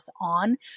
on